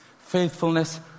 Faithfulness